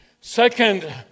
Second